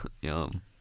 Yum